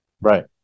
Right